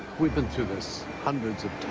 we've been through this hundreds